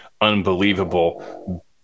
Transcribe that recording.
unbelievable